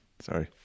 sorry